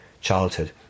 childhood